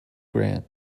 grant